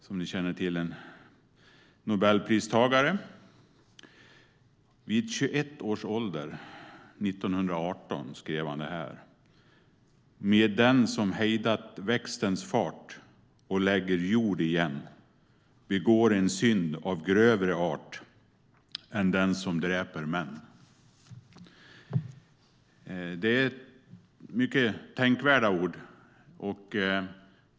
Som ni känner till är han Nobelpristagare. Vid 21 års ålder, 1918, skrev han detta: Men den som hejdar växtens fartoch lägger jord igenbegår en synd av grövre artän den som dräper män Det är mycket tänkvärda ord.